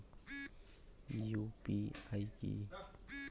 UPI কি?